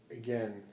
Again